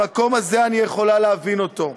במקום הזה אני יכולה להבין אותו.